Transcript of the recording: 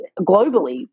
globally